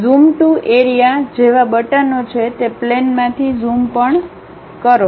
zoom to area જેવા બટનો છે તે પ્લેનમાંથી ઝૂમ પણ કરો